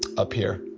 up here,